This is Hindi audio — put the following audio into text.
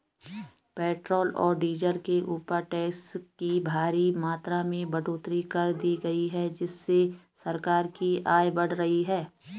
पेट्रोल और डीजल के ऊपर टैक्स की भारी मात्रा में बढ़ोतरी कर दी गई है जिससे सरकार की आय बढ़ रही है